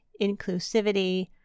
inclusivity